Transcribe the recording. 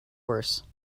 worse